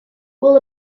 will